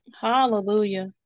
Hallelujah